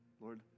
Lord